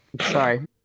sorry